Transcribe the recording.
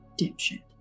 Dipshit